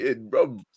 bro